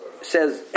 says